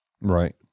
Right